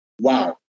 wow